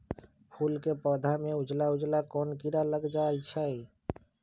फूल के पौधा में उजला उजला कोन किरा लग जई छइ?